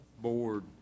Board